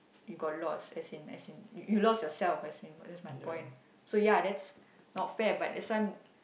you got lost as in as in you lost yourself as in that's my point so ya that's not fair but that's why